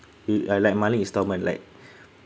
uh ah like monthly instalment like